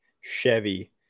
chevy